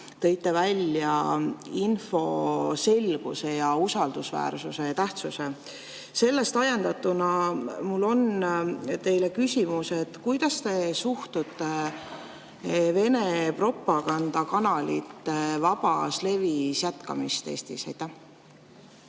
tõite välja info selguse ja usaldusväärsuse tähtsuse. Sellest ajendatuna mul on teile küsimus: kuidas te suhtute Vene propagandakanalite vabalevis jätkamisse Eestis?